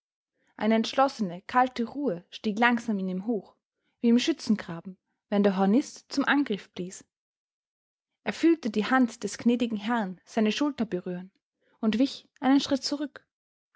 eine entschlossene kalte ruhe stieg langsam in ihm hoch wie im schützengraben wenn der hornist zum angriff blies er fühlte die hand des gnädigen herrn seine schulter berühren und wich einen schritt zurück